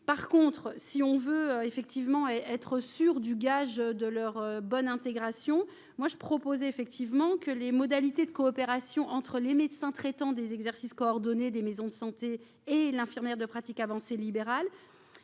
par contre, si on veut effectivement et être sûr du gage de leur bonne intégration moi je proposais effectivement que les modalités de coopération entre les médecins traitants des exercices coordonnées des maisons de santé et l'infirmière de pratique avancée libéral